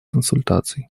консультаций